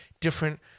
different